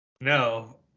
No